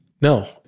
No